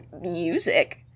music